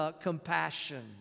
compassion